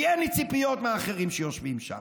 כי אין לי ציפיות מהאחרים שיושבים שם.